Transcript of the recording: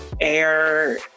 air